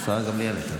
השרה גמליאל פה.